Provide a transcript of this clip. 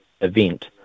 event